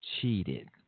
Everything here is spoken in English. cheated